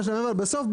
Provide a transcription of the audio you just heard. בסוף,